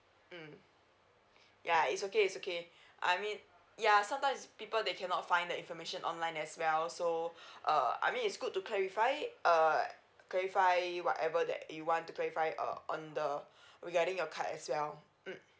mm ya it's okay it's okay I mean ya sometimes people they cannot find the information online as well so uh I mean it's good to clarify uh clarify you whatever that you want to clarify uh on the regarding your card as well mm